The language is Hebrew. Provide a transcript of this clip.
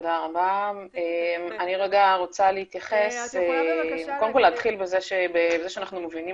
אני מבקשת להתחיל בזה שאנחנו מבינים